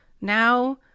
now